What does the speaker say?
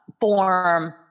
form